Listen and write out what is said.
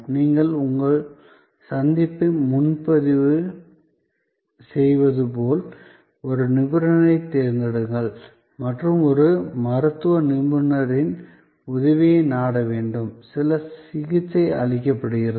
நீங்கள் உங்கள் சந்திப்பை முன்பதிவு செய்வது போல ஒரு நிபுணரைத் தேடுங்கள் மற்றும் ஒரு மருத்துவ நிபுணரின் உதவியை நாட வேண்டும் சில சிகிச்சை அளிக்கப்படுகிறது